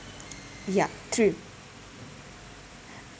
ya true